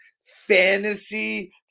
fantasy